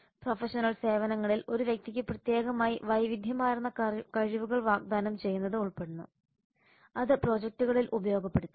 professional സേവനങ്ങളിൽ ഒരു വ്യക്തിക്ക് പ്രത്യേകമായി വൈവിധ്യമാർന്ന കഴിവുകൾ വാഗ്ദാനം ചെയ്യുന്നത് ഉൾപ്പെടുന്നു അത് പ്രോജക്റ്റുകളിൽ ഉപയോഗപ്പെടുത്താം